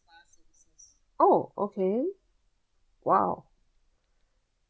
oh okay !wow!